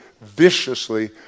viciously